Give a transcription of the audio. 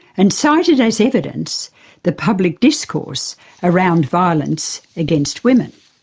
and cited as evidence the public discourse around violence against women.